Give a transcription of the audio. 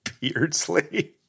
Beardsley